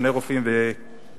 שני רופאים וקצין,